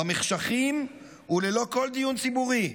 במחשכים וללא כל דיון ציבורי.